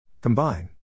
Combine